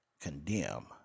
condemn